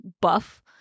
buff